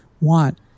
want